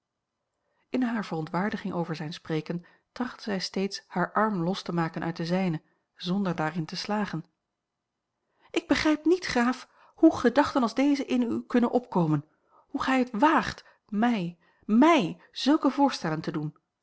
in hare verontwaardiging over zijn spreken trachtte zij steeds haar arm los te maken uit den zijne zonder daarin te slagen ik begrijp niet graaf hoe gedachten als deze in u kunnen opkomen hoe gij het waagt mij mij zulke voorstellen te doen